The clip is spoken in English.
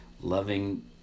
loving